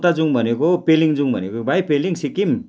उता जाउँ भनेको हौ पेलिङ जाउँ भनेको कि भाइ पेलिङ सिक्किम